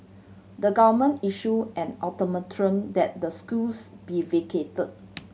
the government issued an ultimatum that the schools be vacated